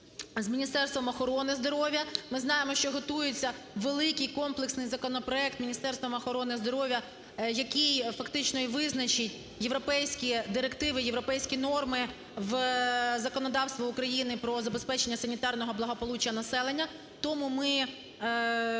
з Міністерством охорони здоров'я. Ми знаємо, що готується великий комплексний законопроект Міністерством охорони здоров'я, який фактично і визначить європейські директиви, європейські норми в законодавство України про забезпечення санітарного благополуччя населення. Тому ми